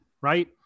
right